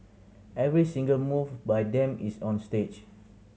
every single move by them is on stage